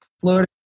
Florida